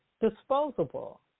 disposable